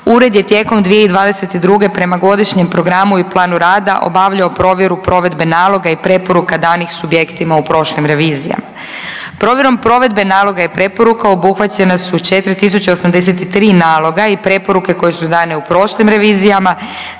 ured je tijekom 2022. prema godišnjem programu i planu rada obavljao provjeru provedbe naloga i preporuka danih subjektima u prošlim revizijama. Provjerom provedbe naloga i preporuka obuhvaćena su 4083 naloga i preporuke koje su dane u prošlim revizijama,